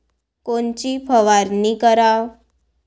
कोनची फवारणी कराव?